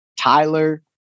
Tyler